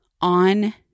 on